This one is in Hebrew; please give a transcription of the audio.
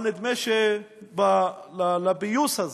אבל נדמה שלפיוס הזה,